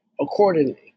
accordingly